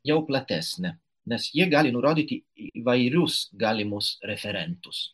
jau platesnė nes ji gali nurodyti įvairius galimus referentus